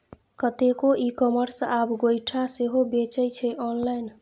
कतेको e commerce आब गोयठा सेहो बेचै छै आँनलाइन